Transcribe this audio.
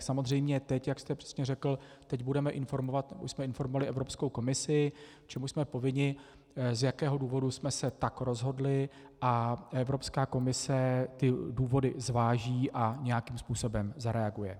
Samozřejmě teď, jak jste přesně řekl, teď budeme informovat, už jsem informovali Evropskou komisi, k čemuž jsme povinni, z jakého důvodu jsme se tak rozhodli, a Evropská komise ty důvody zváží a nějakým způsobem zareaguje.